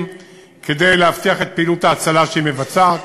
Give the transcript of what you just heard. כדי להבטיח את פעילות ההצלה שהיא עושה,